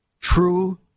true